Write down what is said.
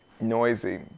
noisy